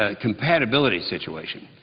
ah compatibility situation.